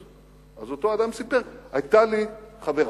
אז אותו אדם סיפר: היתה לי חברה,